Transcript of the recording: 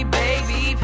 baby